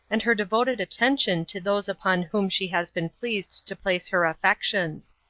and her devoted attention to those upon whom she has been pleased to place her affections.